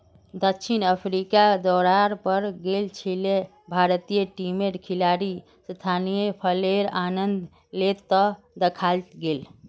दक्षिण अफ्रीकार दौरार पर गेल छिले भारतीय टीमेर खिलाड़ी स्थानीय फलेर आनंद ले त दखाल गेले